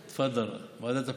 תפדל, ועדת הפנים.